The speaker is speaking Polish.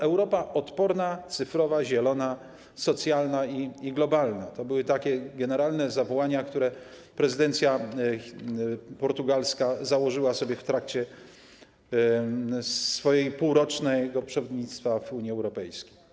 Europa odporna, cyfrowa, zielona, socjalna i globalna - takie były generalne zawołania, które prezydencja portugalska założyła sobie w trakcie swojego półrocznego przewodnictwa w Unii Europejskiej.